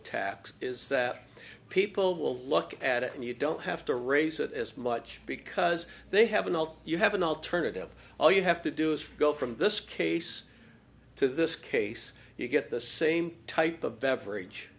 tax is that people will look at it and you don't have to raise it as much because they haven't dealt you have an alternative all you have to do is go from this case to this case you get the same type of beverage